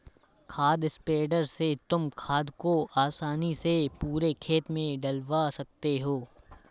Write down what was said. खाद स्प्रेडर से तुम खाद को आसानी से पूरे खेत में डलवा सकते हो